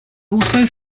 also